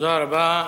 תודה רבה.